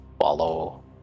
follow